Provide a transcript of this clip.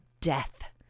death